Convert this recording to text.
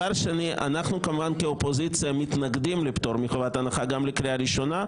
אנחנו כאופוזיציה מתנגדים לפטור מחובת הנחה גם לקריאה הראשונה,